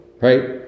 right